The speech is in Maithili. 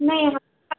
नहि हमरा